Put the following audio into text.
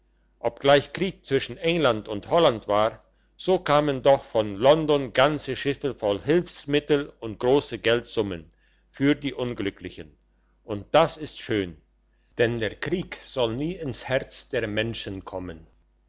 obgleich krieg zwischen england und holland war so kamen doch von london ganze schiffe voll hilfsmittel und grosse geldsummen für die unglücklichen und das ist schön denn der krieg soll nie ins herz der menschen kommen